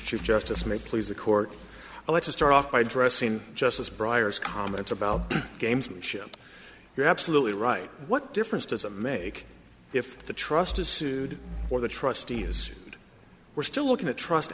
chief justice may please the court let's start off by addressing justice briar's comments about gamesmanship you're absolutely right what difference does it make if the trust is sued or the trustee is we're still looking at trust